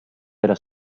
della